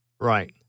Right